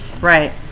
right